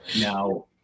Now